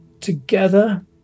together